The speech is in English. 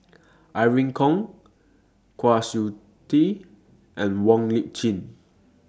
Irene Khong Kwa Siew Tee and Wong Lip Chin